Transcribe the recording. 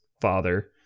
father